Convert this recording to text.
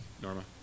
Norma